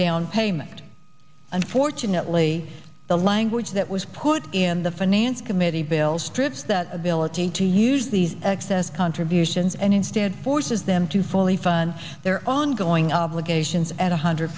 down payment unfortunately the language that was put in the finance committee bill strips that ability to use these excess contributions and instead forces them to fully fund their ongoing obligations and one hundred